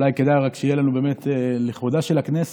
אולי כדאי שיהיה לנו באמת, לכבודה של הכנסת,